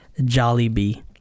Jollibee